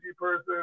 person